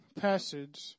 passage